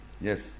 Yes